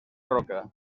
roca